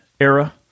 era